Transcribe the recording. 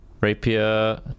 rapier